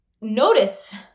notice